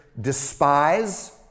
despise